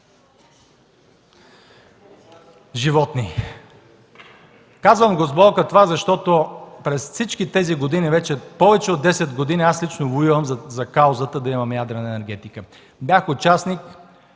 животни. Казвам това с болка, защото през всички тези години – повече от десет години, аз лично воювам за каузата да имаме ядрена енергетика. Бях един